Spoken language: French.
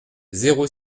zéro